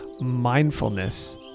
mindfulness